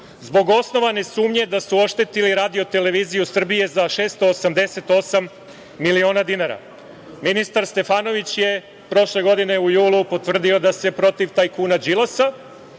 zbog osnovane sumnje da su oštetili RTS za 688 miliona dinara. Ministar Stefanović je prošle godine u julu potvrdio da se protiv tajkuna Đilasa